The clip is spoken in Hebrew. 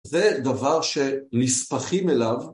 זה דבר שנספחים אליו.